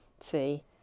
see